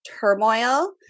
turmoil